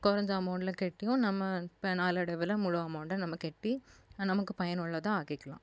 குறஞ்ச அமௌண்ட்ல கட்டியும் நம்ம இப்போ நாளடைவில் முழு அமௌண்டை நம்ம கட்டி நமக்கு பயனுள்ளதாக ஆக்கிக்கலாம்